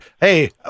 hey